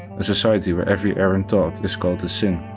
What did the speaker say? a society where every errant thought is called a sin.